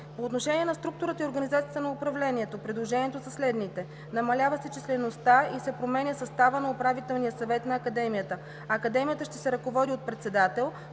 По отношение на структурата и организацията на управлението предложенията са следните: Намалява се числеността и се променя съставът на управителния съвет на Академията. Академията ще се ръководи от председател,